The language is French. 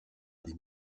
des